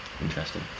interesting